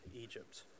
Egypt